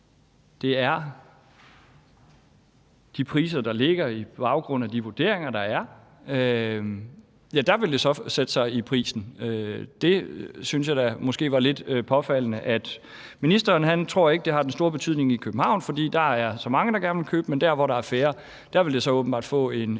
andre priser, der ligger, på baggrund af de vurderinger, der er, ja, der vil det så sætte sig i prisen. Jeg synes måske, at det er lidt påfaldende. Ministeren tror ikke, at det har den store betydning i København, for dér er der så mange, der gerne vil købe, men dér, hvor der er færre, vil det så åbenbart få en